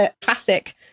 classic